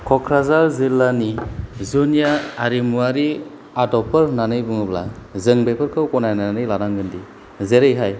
क'क्राझार जिल्लानि जुनिया आरिमुआरि आदबफोर होननानै बुङोब्ला जों बेफोरखौ गनायनानै लानांगोन दि जेरैहाय